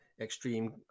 extreme